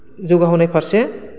जौगाहोनाय फारसे